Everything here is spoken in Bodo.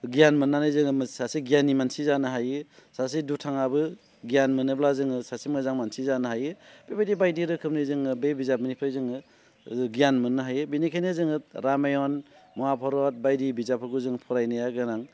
गियान मोननानै जोङो सासे गियानि मानसि जानो हायो सासे दुथाङाबो गियान मोनोब्ला जोङो सासे मोजां मानसि जानो हायो बेबायदि बायदि रोखोमनि जोङो बे बिजाबनिफ्राय जोङो गियान मोननो हायो बेनिखायनो जोङो रामायन महाभारत बायदि बिजाबफोरखौ जोङो फरायनाया गोनां